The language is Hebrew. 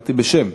אמרתי "בשם".